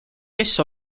kes